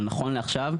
נכון לעכשיו,